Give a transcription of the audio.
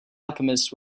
alchemist